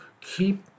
keep